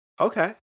Okay